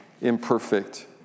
imperfect